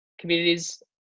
communities